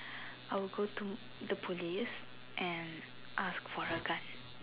I would go to the police and ask for a gun